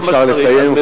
אם אפשר לסיים,